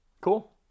Cool